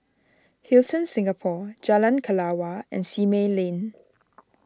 Hilton Singapore Jalan Kelawar and Simei Lane